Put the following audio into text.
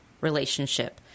relationship